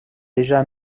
déjà